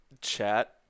chat